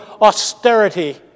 austerity